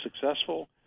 successful